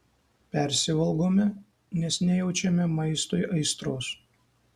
persivalgome nes nejaučiame maistui aistros